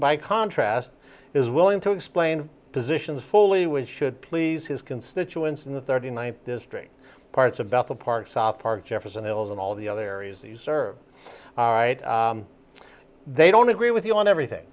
by contrast is willing to explain positions fully which should please his constituents in the thirty ninth district parts about the park south park jefferson hills and all the other areas you serve right they don't agree with you on everything